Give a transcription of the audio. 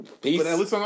Peace